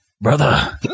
Brother